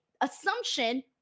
assumption